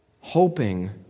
hoping